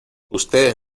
ustedes